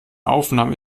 aufnahme